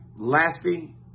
Lasting